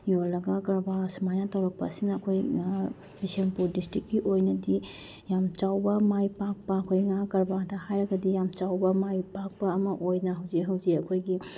ꯌꯣꯜꯂꯒ ꯀꯔꯕꯥꯔ ꯑꯁꯨꯃꯥꯏꯅ ꯇꯧꯔꯛꯄ ꯑꯁꯤꯅ ꯑꯩꯈꯣꯏꯅ ꯕꯤꯁꯦꯝꯄꯨꯔ ꯗꯤꯁꯇ꯭ꯔꯤꯛꯀꯤ ꯑꯣꯏꯅꯗꯤ ꯌꯥꯝ ꯆꯥꯎꯕ ꯃꯥꯏ ꯄꯥꯛꯄ ꯑꯩꯈꯣꯏ ꯉꯥ ꯀꯔꯕꯥꯔꯗ ꯍꯥꯏꯔꯒꯗꯤ ꯌꯥꯝ ꯆꯥꯎꯕ ꯃꯥꯏ ꯄꯥꯛꯄ ꯑꯃ ꯑꯣꯏꯅ ꯍꯧꯖꯤꯛ ꯍꯧꯖꯤꯛ ꯑꯩꯈꯣꯏꯒꯤ